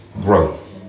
growth